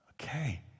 Okay